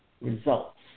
results